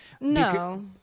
no